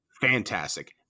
fantastic